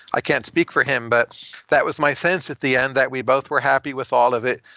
i can't speak for him, but that was my sense at the end that we both were happy with all of it.